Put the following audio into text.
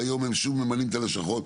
והיום הם שוב ממלאים את הלשכות.